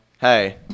Hey